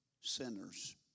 sinners